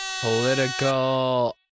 Political